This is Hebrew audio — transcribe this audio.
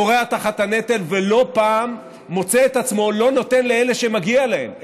כורע תחת הנטל ולא פעם מוצא את עצמו לא נותן לאלה שמגיע להם,